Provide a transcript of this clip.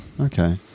Okay